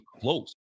close